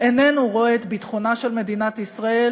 איננו רואה את ביטחונה של מדינת ישראל.